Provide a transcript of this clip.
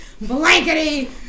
blankety